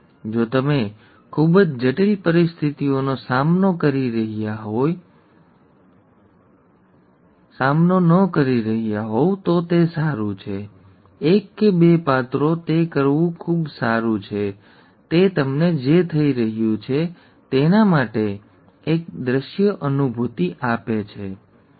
જો તમે ખૂબ જટિલ પરિસ્થિતિઓનો સામનો ન કરતા હોવ તો તે સારું છે એક કે બે લક્ષણો એક કે બે પાત્રો તે કરવું ખૂબ સારું છે તે તમને જે થઈ રહ્યું છે તેના માટે એક દ્રશ્ય અનુભૂતિ આપે છે ઠીક છે